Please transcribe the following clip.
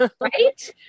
right